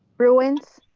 bruins,